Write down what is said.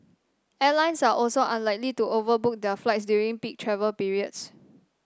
airlines are also unlikely to overbook their flights during peak travel periods